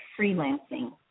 freelancing